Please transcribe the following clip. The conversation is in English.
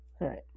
right